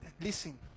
Listen